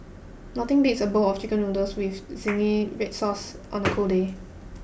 nothing beats a bowl of chicken noodles with zingy red sauce on a cold day